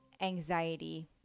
anxiety